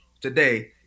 today